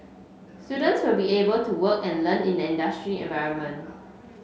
students will be able to work and learn in an industry environment